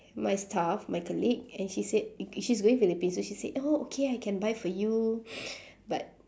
my staff my colleague and she said i~ she's going philippines so she said oh okay I can buy for you but